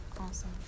Awesome